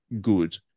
good